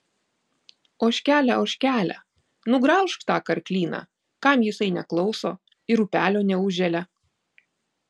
ožkele ožkele nugraužk tą karklyną kam jisai neklauso ir upelio neužželia